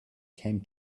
came